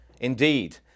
Indeed